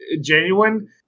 genuine